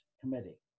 Committee